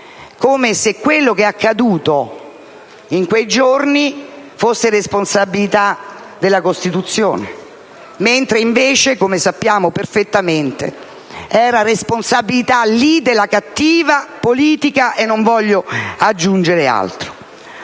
come se quello che è accaduto in quei giorni fosse responsabilità della Costituzione. Invece, come sappiamo perfettamente, era responsabilità della cattiva politica, e non voglio aggiungere altro.